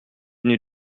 venu